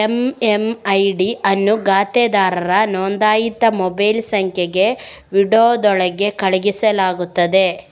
MMID ಅನ್ನು ಖಾತೆದಾರರ ನೋಂದಾಯಿತ ಮೊಬೈಲ್ ಸಂಖ್ಯೆಗೆ ವಿಂಡೋದೊಳಗೆ ಕಳುಹಿಸಲಾಗುತ್ತದೆ